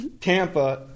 Tampa